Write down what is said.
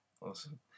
Awesome